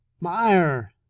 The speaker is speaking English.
Meyer